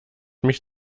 mich